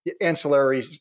ancillary